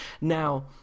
Now